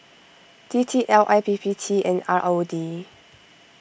D T L I P P T and R O D